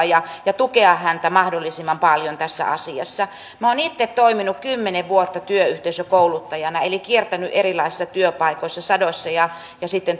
ja ja tukea häntä mahdollisimman paljon tässä asiassa minä olen itse toiminut kymmenen vuotta työyhteisökouluttajana eli kiertänyt erilaisissa työpaikoissa sadoissa ja ja sitten